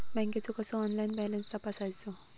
बँकेचो कसो online balance तपासायचो?